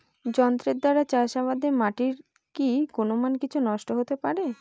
যন্ত্রের দ্বারা চাষাবাদে মাটির কি গুণমান কিছু নষ্ট হতে পারে?